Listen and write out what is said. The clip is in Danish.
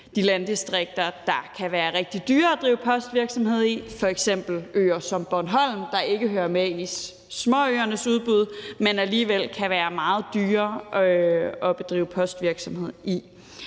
de landdistrikter, der kan være rigtig dyre at drive postvirksomhed i, f.eks. øer som Bornholm, der ikke hører med i småøernes udbud, men hvor det alligevel kan være meget dyrere at drive postvirksomhed.